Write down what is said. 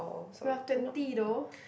you are twenty though